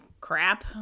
crap